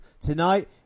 Tonight